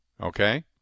Okay